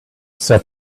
said